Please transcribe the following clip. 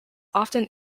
often